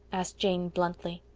asked jane bluntly.